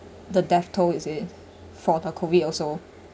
the death toll is it for the COVID also